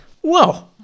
Whoa